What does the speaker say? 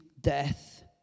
death